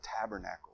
tabernacle